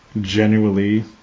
genuinely